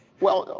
well,